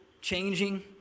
changing